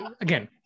again